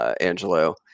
Angelo